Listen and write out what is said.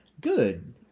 Good